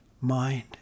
mind